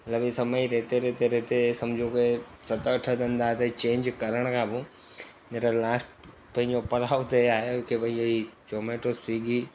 मतिलबु हीअ समय रहते रहते रहते सम्झो के सत अठ धंधा त चेंज करण खां पोइ हीअंर लास्ट पंहिंजो पड़ाव ते आहे के भई इहो ई जॉमेटो स्विगी